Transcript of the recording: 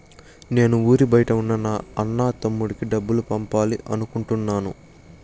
నేను ఊరి బయట ఉన్న నా అన్న, తమ్ముడికి డబ్బులు పంపాలి అనుకుంటున్నాను